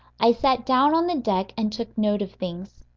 i sat down on the deck and took note of things.